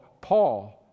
Paul